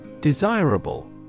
Desirable